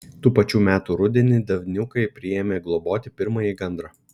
tų pačių metų rudenį davniukai priėmė globoti pirmąjį gandrą